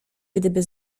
gdyby